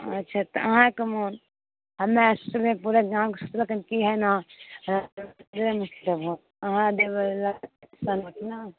अच्छा तऽ अहाँके मन आ नहि सोचबै पूरा गामके सब लोकनि की है ने रविन्द्र मुखिआके भोट अहाँ देबे ओएहके नहि